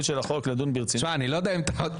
הוא אמר לי בכנות וביושר: אני אומר לך את האמת,